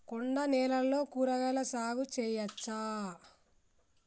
కొండ నేలల్లో కూరగాయల సాగు చేయచ్చా?